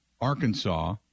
Arkansas